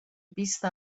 بیست